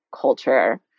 culture